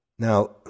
Now